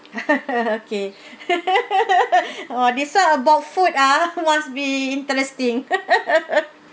okay oh this one about food ah must be interesting